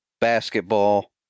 basketball